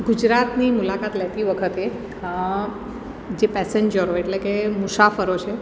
ગુજરાતની મુલાકાત લેતી વખતે જે પેસેન્જરો એટલે કે મુસાફરો છે